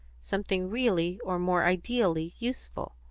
something really or more ideally useful.